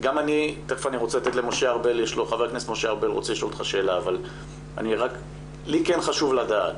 גם אני ותיכף משה ארבל ישאל אותך שאלה אבל לי כן חשוב לדעת,